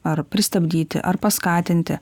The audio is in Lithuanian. ar pristabdyti ar paskatinti